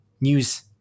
news